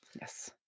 yes